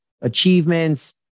achievements